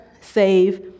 save